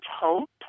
hope